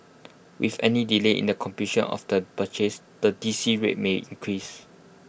with any delay in the completion of the purchase the D C rate may increase